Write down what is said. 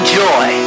joy